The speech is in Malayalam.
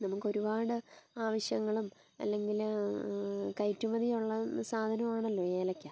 നമുക്കൊരുപാട് ആവശ്യങ്ങളും അല്ലെങ്കിൽ കയറ്റ് മതിയുള്ള സാധനമാണല്ലോ ഏലക്ക